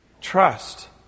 Trust